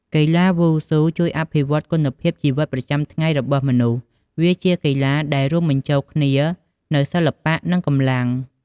កីឡាវ៉ូស៊ូជួយអភិវឌ្ឍគុណភាពជីវិតប្រចាំថ្ងៃរបស់មនុស្ស វាជាកីឡាដែលរួមបញ្ចូលគ្នានូវសិល្បៈ និងកម្លាំង។